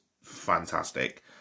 fantastic